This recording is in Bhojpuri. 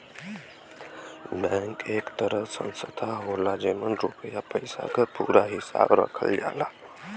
बैंक एक तरह संस्था होला जेमन रुपया पइसा क पूरा हिसाब रखल जाला